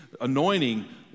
anointing